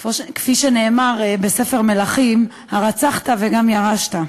כפי שנאמר בספר מלכים: "הרצחת וגם ירשת".